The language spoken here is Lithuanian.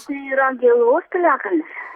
tai yra gėluvos piliakalnis